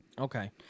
okay